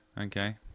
Okay